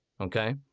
okay